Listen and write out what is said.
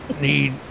need